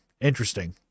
interesting